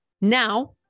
Now